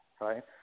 right